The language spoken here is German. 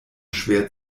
schwer